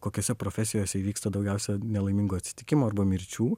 kokiose profesijose įvyksta daugiausia nelaimingų atsitikimų arba mirčių